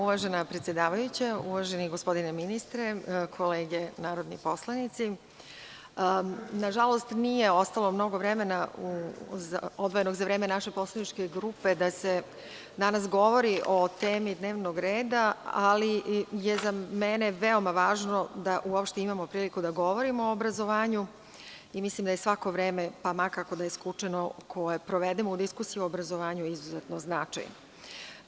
Uvažena predsedavajuća, uvaženi gospodine ministre, kolege narodni poslanici, nažalost nije ostalo mnogo vremena, odvojenog za vreme naše poslaničke grupe da se danas govori o temi dnevnog reda, ali za mene je veoma važno da uopšte imamo priliku da govorimo o obrazovanju i mislim da je svako vreme, pa ma kako da je skučeno, provedemo o diskusiji o obrazovanju, izuzetno značajno.